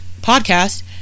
podcast